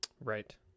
Right